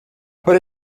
put